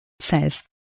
says